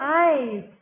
eyes